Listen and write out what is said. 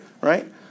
Right